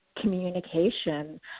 communication